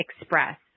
Express